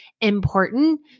important